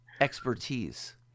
expertise